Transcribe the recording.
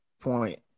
point